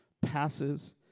passes